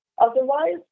otherwise